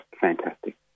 fantastic